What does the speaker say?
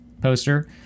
poster